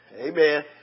Amen